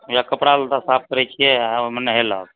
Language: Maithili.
या कपड़ा लत्ता साफ करैत छियै आ ओहिमे नहेलक